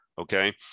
Okay